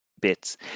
bits